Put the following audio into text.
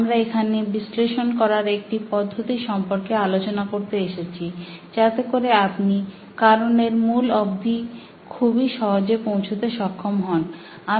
আমরা এখানে বিশ্লেষণ করার একটি পদ্ধতি সম্পর্কে আলোচনা করতে এসেছি যাতে করে আপনি কারণের মূল অবধি খুবই সহজে পৌঁছাতে সক্ষম হন